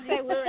Okay